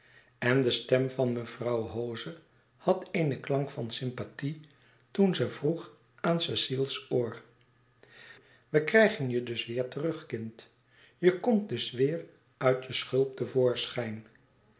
en de stem van mevrouw hoze had een klank van sympathie toen ze vroeg aan cecile's oor we krijgen je dus weêr terug kind je komt dus weêr uit je schulp